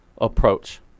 approach